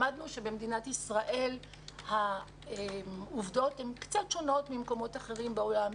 למדנו שבמדינת ישראל העובדות הן קצת שונות ממקומות אחרים בעולם.